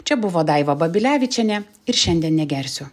čia buvo daiva babilevičienė ir šiandien negersiu